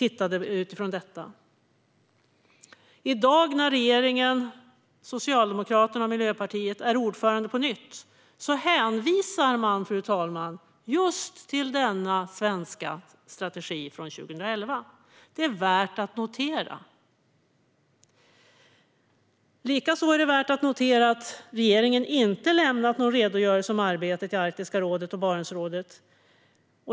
I dag, när Sverige under en regering med Socialdemokraterna och Miljöpartiet är ordförande på nytt, hänvisar man, fru talman, just till denna svenska strategi från 2011. Det är värt att notera. Likaså är det värt att notera att regeringen inte lämnat någon redogörelse om arbetet i Arktiska rådet och Barentsrådet.